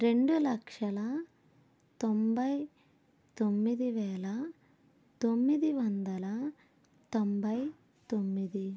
రెండు లక్షల తొంభై తొమ్మిది వేల తొమ్మిది వందల తొంభై తొమ్మిది